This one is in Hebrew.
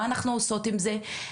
מה אנחנו עושות עם זה?